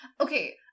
Okay